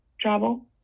travel